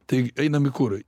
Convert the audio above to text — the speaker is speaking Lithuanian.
tai einam į kurui